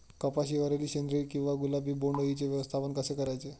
कपाशिवरील शेंदरी किंवा गुलाबी बोंडअळीचे व्यवस्थापन कसे करायचे?